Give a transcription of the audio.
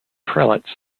prelates